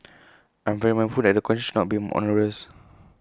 I'm very mindful that the conditions should not be onerous